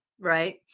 right